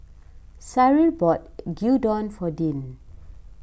Cyril bought Gyudon for Dean